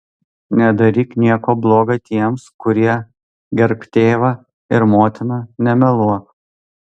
nedaryk nieko bloga tiems kurie gerbk tėvą ir motiną nemeluok